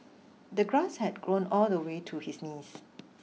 the grass had grown all the way to his knees